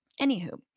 Anywho